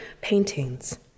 paintings